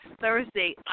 Thursday